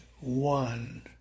one